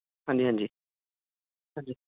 ਹਾਂਜੀ ਹਾਂਜੀ ਹਾਂਜੀ